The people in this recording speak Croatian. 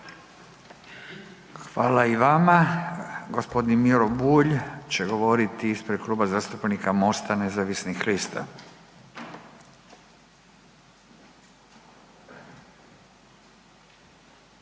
Fala i vama. g. Miro Bulj će govoriti ispred Kluba zastupnika MOST-a nezavisnih lista.